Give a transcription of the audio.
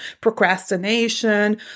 procrastination